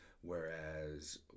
Whereas